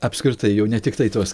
apskritai jau ne tiktai tos